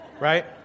right